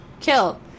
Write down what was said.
kill